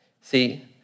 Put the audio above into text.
See